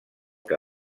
que